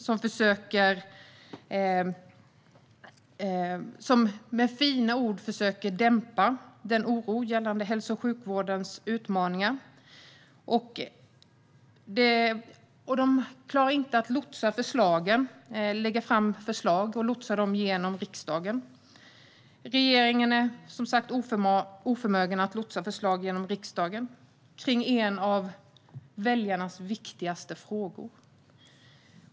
Med fina ord försöker man i stället dämpa den oro som finns gällande hälso och sjukvårdens utmaningar. Man klarar inte av att lägga fram förslag och lotsa dem genom riksdagen. Regeringen är som sagt oförmögen att lotsa förslag genom riksdagen i en av väljarnas viktigaste frågor.